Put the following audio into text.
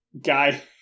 guy